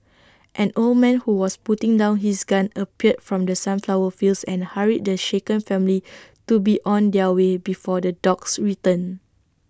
an old man who was putting down his gun appeared from the sunflower fields and hurried the shaken family to be on their way before the dogs return